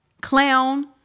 Clown